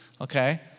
okay